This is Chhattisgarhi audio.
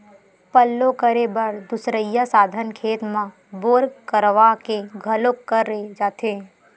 पल्लो करे बर दुसरइया साधन खेत म बोर करवा के घलोक करे जाथे